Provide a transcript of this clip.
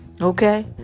okay